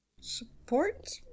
Support